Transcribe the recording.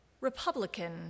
Republican